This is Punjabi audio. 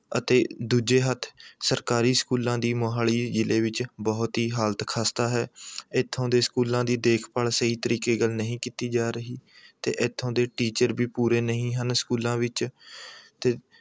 ਅਤੇ ਦੂਜੇ ਹੱਥ ਸਰਕਾਰੀ ਸਕੂਲਾਂ ਦੀ ਮੋਹਾਲੀ ਜ਼ਿਲ੍ਹੇ ਵਿੱਚ ਬਹੁਤ ਹੀ ਹਾਲਤ ਖ਼ਸਤਾ ਹੈ ਇੱਥੋਂ ਦੇ ਸਕੂਲਾਂ ਦੀ ਦੇਖਭਾਲ ਸਹੀ ਤਰੀਕੇ ਨਹੀਂ ਕੀਤੀ ਜਾ ਰਹੀ ਅਤੇ ਇੱਥੋਂ ਦੇ ਟੀਚਰ ਵੀ ਪੂਰੇ ਨਹੀਂ ਹਨ ਸਕੂਲਾਂ ਵਿੱਚ ਅਤੇ